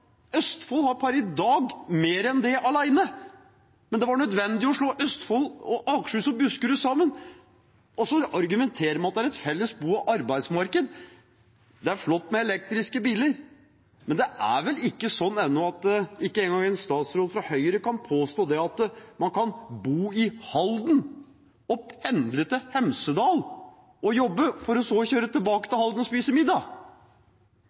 Østfold har per i dag mer enn det alene. Men det var nødvendig å slå Østfold, Akershus og Buskerud sammen. Man argumenterer med at det er et felles bo- og arbeidsmarked. Det er flott med elektriske biler, men det er vel ennå slik at ikke engang en statsråd fra Høyre kan påstå at man kan bo i Halden og pendle til Hemsedal og jobbe, for så å kjøre tilbake